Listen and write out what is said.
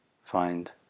find